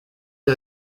est